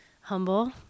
Humble